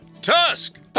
Tusk